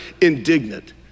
indignant